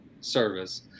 service